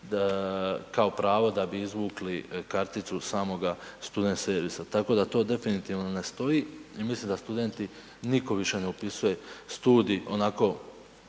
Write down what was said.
kao pravo da bi izvukli samoga student servisa. Tako da to definitivno ne stoji i mislim da studenti nitko više ne upisuje studij onako